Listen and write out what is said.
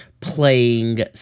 playing